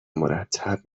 مرتب